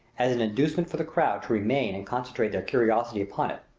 as an inducement for the crowd to remain and concentrate their curiosity upon it,